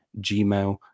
gmail